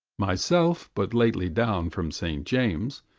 myself but lately down from st. james',